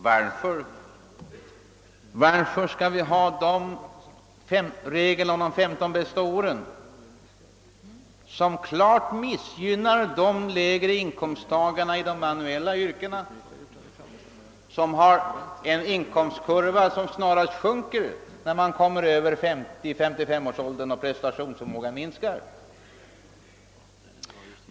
Varför skall vi ha kvar regeln i ATP om de 15 bästa åren, som klart missgynnar de lägre inkomsttagarna i de manuella yrkena, vilka har en inkomstkurva som snarast sjunker när de kommer över 50—55-årsåldern och prestationsförmågan minskar?